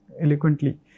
eloquently